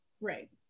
Right